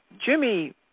Jimmy